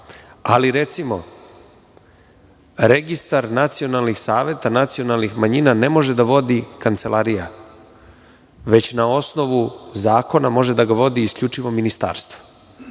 Ali, recimo registar nacionalnih saveta nacionalnih manjina ne može da vodi kancelarija, već na osnovu zakona može da ga vodi isključivo Ministarstvo.